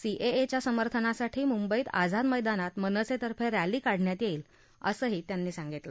सीएएच्या समर्थनासाठी मुंबईत आझाद मैदानात मनसेतर्फे रॅली काढण्यात येईल असंही त्यांनी सांगितलं